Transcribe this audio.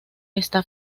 está